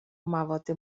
مواد